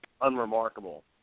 unremarkable